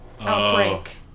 outbreak